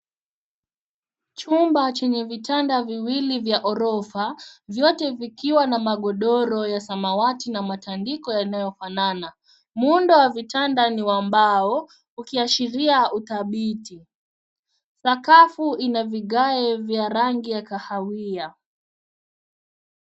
Chumba chenye vitanda viwili vya orofa, vyote vikiwa na magodoro ya samawati na matandiko ya eneo pana. Muundo wa vitanda ni wa mbao, ukiashiria uthabiti. Sakafu imewekwa vigae vya rangi ya kahawia.